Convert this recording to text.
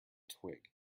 twig